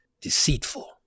deceitful